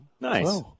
Nice